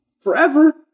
forever